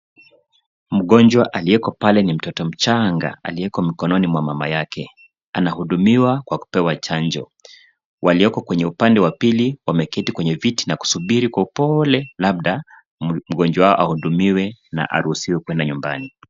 Mgonjwa alieko pale ni mtoto mchanga, alieko mikononi mwa mama yake. Anahudumiwa kwa kupewa chanjo. Walioko kwenye upande wa pili, wameketi kwenye viti na kusubira kwa upole, labda mgonjwa wao ahudumiwe na aruhusiwe kwenda nyumbani.